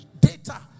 data